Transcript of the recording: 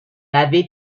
l’avait